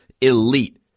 elite